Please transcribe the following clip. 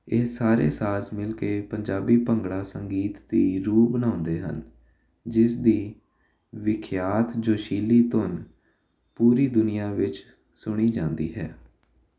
ਇਹ ਸਾਰੇ ਸਾਜ਼ ਮਿਲ ਕੇ ਪੰਜਾਬੀ ਭੰਗੜਾ ਸੰਗੀਤ ਦੀ ਰੂਹ ਬਣਾਉਂਦੇ ਹਨ ਜਿਸ ਦੀ ਵਿਖਿਆਤ ਜੋਸ਼ੀਲੀ ਧੁਨ ਪੂਰੀ ਦੁਨੀਆਂ ਵਿੱਚ ਸੁਣੀ ਜਾਂਦੀ ਹੈ